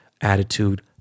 attitude